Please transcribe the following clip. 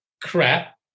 crap